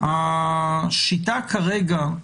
השיטה כרגע,